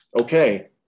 okay